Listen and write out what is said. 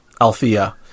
Althea